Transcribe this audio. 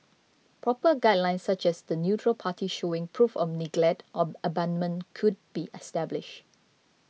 proper guidelines such as the neutral party showing proof of neglect or abandonment could be established